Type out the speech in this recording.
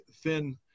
thin